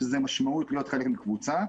שזו משמעות להיות חלק מקבוצה,